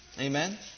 Amen